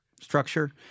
structure